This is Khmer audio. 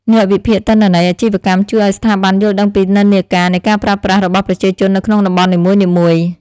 អ្នកវិភាគទិន្នន័យអាជីវកម្មជួយឱ្យស្ថាប័នយល់ដឹងពីនិន្នាការនៃការប្រើប្រាស់របស់ប្រជាជននៅក្នុងតំបន់នីមួយៗ។